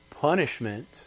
punishment